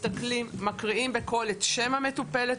מסתכלים ומקריאים בקול את שם המטופלת,